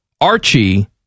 Archie